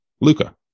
luca